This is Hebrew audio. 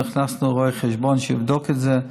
אנחנו הכנסנו רואה חשבון שיבדוק את זה,